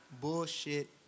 bullshit